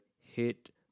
hit